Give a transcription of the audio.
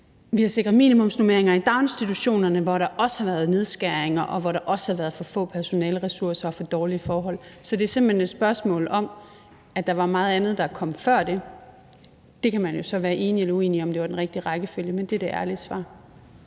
Vi har sikret minimumsnormeringer i daginstitutionerne, hvor der også har været nedskæringer, og hvor der også har været for få personaleressourcer og for dårlige forhold. Så det er simpelt hen et spørgsmål om, at der var meget andet, der kom før det. Det kan man jo så være enig eller uenig om var den rigtige rækkefølge, men det er det ærlige svar.